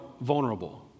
vulnerable